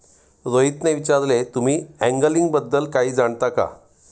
रोहितने विचारले, तुम्ही अँगलिंग बद्दल काही जाणता का?